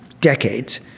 decades